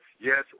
Yes